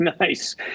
Nice